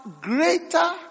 greater